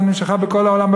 היא נמשכה בכל העולם,